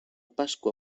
pasqua